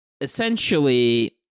essentially